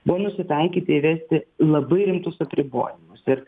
buvom nusitaikyti įvesti labai rimtus apribojimus ir